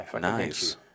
Nice